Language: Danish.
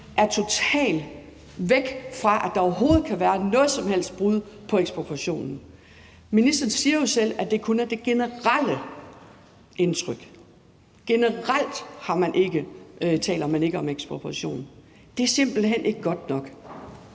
er totalt væk fra, at der overhovedet kan være noget som helst brud i forhold til ekspropriationen. Ministeren siger jo selv, at det kun er de generelle indtryk, og generelt taler man ikke om ekspropriation. Det er simpelt hen ikke godt nok.